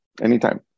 anytime